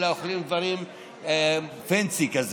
אלא אוכלים דברים fancy כאלה.